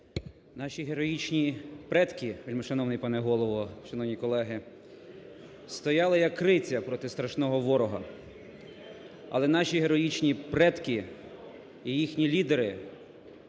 Наші героїчні предки, вельмишановний пане Голово, шановні колеги, стояли як криця проти страшного ворога. Але наші героїчні предки і їхні лідери